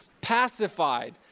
pacified